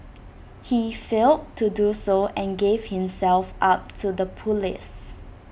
he failed to do so and gave himself up to the Police